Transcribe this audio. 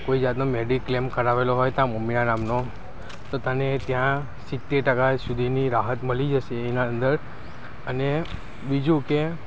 કોઈ જાતનો મેડિક્લેમ કરાવેલો હોય તારાં મમ્મીનાં નામનો તો તને ત્યાં સિત્તેર ટકા સુધીની રાહત મળી જશે એના અંદર અને બીજું કે